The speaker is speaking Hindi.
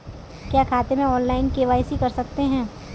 क्या खाते में ऑनलाइन के.वाई.सी कर सकते हैं?